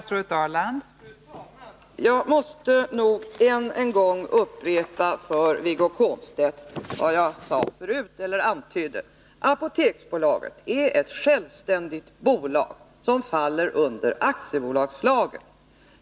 Fru talman! Jag måste än en gång upprepa för Wiggo Komstedt vad jag antydde förut, nämligen att Apoteksbolaget är ett självständigt bolag, som faller under aktiebolagslagen.